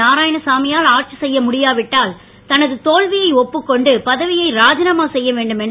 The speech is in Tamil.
நாராயணசாமியால் ஆட்சி செய்ய முடியாவிட்டால் தனது தோல்வியை ஒப்புக்கொண்டு பதவியை ராஜினாமா செய்ய வேண்டும் என்று